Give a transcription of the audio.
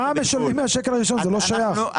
לא, מע"מ משלמים מהשקל הראשון, זה לא שייך.